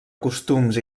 costums